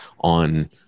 on